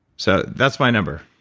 so that's my number.